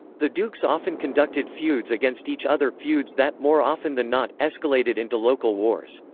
the dukes often conducted feuds against each other feuds that, more often than not, escalated into local wars.